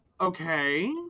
Okay